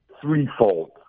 threefold